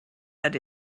that